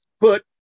put